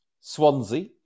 Swansea